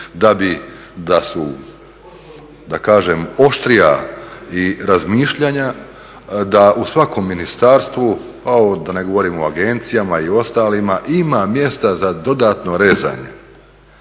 da su oštrija i razmišljanja da u svakom ministarstvu, da ne govorim o agencijama i ostalima, ima mjesta za dodatno rezanje